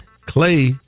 Clay